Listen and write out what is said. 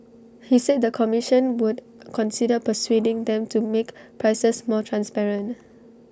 he said the commission would consider persuading them to make prices more transparent